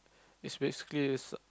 is basically is